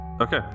Okay